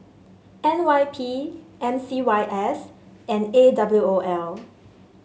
N Y P M C Y S and A W O L